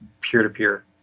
peer-to-peer